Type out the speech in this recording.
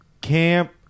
Camp